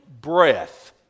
breath